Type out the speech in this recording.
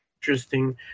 Interesting